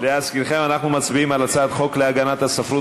אנחנו מצביעים על הצעת חוק להגנת הספרות